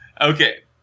Okay